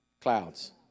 clouds